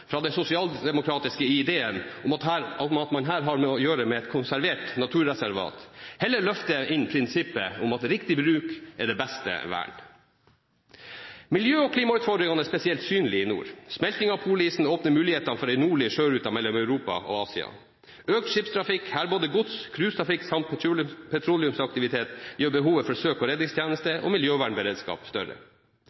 fra den sosialdemokratiske ideen om at man her har å gjøre med et konservert naturreservat, og heller løfter prinsippet om at riktig bruk er det beste vern. Miljø- og klimautfordringene er spesielt synlige i nord. Smelting av polisen åpner mulighetene for en nordlig sjørute mellom Europa og Asia. Økt skipstrafikk – både gods, cruisetrafikk og petroleumsaktivitet – gjør behovet for søk- og